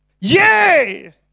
Yay